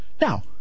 Now